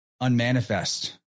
unmanifest